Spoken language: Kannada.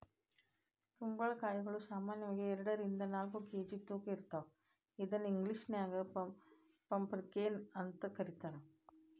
ಕುಂಬಳಕಾಯಿಗಳು ಸಾಮಾನ್ಯವಾಗಿ ಎರಡರಿಂದ ನಾಲ್ಕ್ ಕೆ.ಜಿ ತೂಕ ಇರ್ತಾವ ಇದನ್ನ ಇಂಗ್ಲೇಷನ್ಯಾಗ ಪಂಪಕೇನ್ ಅಂತ ಕರೇತಾರ